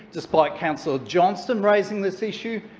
despite councillor johnston raising this issue,